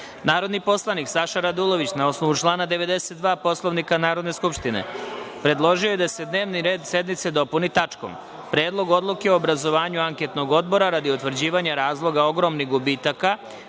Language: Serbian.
predlog. Narodni poslanik Saša Radulović, na osnovu člana 92. Poslovnika Narodne skupštine, predložio je da se dnevni red sednice dopuni tačkom Predlog odluke o obrazovanju anketnog odbora radi uvida u celokupan izborni